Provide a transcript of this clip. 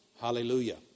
Hallelujah